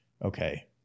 Okay